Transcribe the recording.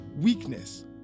weakness